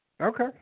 Okay